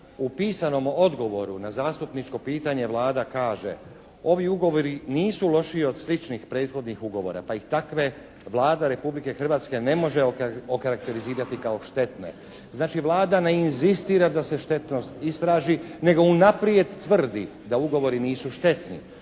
U pisanom odgovoru na zastupničko pitanje Vlada kaže: «Ovi ugovori nisu lošiji od sličnih prethodnih ugovora pa ih takve Vlada Republike Hrvatske ne može okarakterizirati kao štetne». Znači Vlada ne inzistira da se štetnost istraži nego unaprijed tvrdi da ugovori nisu štetni.